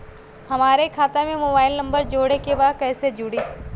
हमारे खाता मे मोबाइल नम्बर जोड़े के बा कैसे जुड़ी?